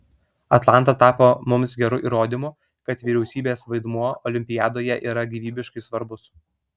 atlanta tapo mums geru įrodymu kad vyriausybės vaidmuo olimpiadoje yra gyvybiškai svarbus